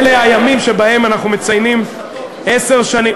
רק אמרתי שבימים אלה אתה ודאי מציין עשר שנים,